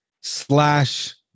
slash